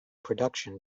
production